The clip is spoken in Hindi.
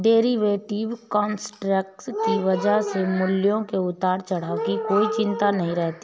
डेरीवेटिव कॉन्ट्रैक्ट की वजह से मूल्यों के उतार चढ़ाव की कोई चिंता नहीं रहती है